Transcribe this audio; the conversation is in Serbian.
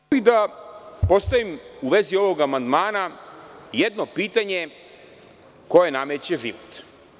Želeo bih da postavim, u vezi ovog amandmana, jedno pitanje koje nameće život.